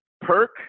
Perk